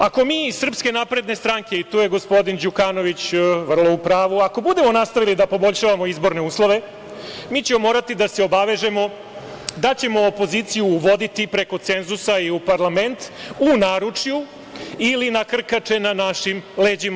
Ako mi iz SNS i tu je gospodin Đukanović vrlo u pravu, ako budemo nastavili da poboljšavamo izborne uslove mi ćemo morati da se obavežemo da ćemo opoziciju uvoditi i preko cenzusa i u parlament, u naručju ili na krkače na našim leđima.